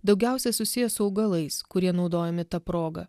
daugiausiai susiję su augalais kurie naudojami ta proga